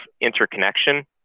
interconnection